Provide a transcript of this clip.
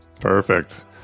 Perfect